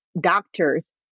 doctors